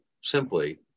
simply